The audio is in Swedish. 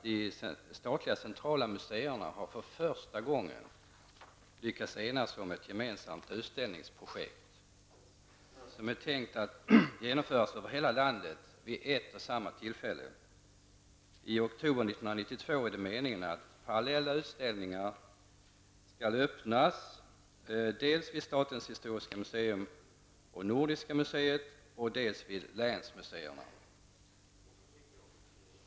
De statliga centrala museerna har för första gången lyckats enas om ett gemensamt utställningsprojekt, som är tänkt att genomföras över hela landet vid ett och samma tillfälle. I oktober 1992 är det meningen att parallella utställningar skall öppnas dels vid Statens historiska museum och Nordiska museet, dels vid länsmuseerna.